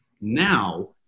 Now